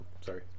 sorry